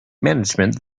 management